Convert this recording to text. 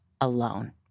alone